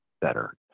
better